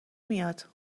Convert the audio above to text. میاد